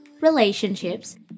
relationships